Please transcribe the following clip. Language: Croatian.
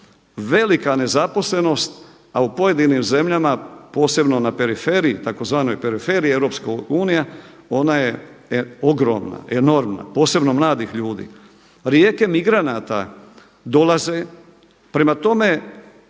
Velika nezaposlenost, a u pojedinim zemljama posebno na periferiji tzv. periferiji Europske unije ona je ogromna, enormna posebno mladih ljudi. Rijeke migranata dolaze. Prema tome,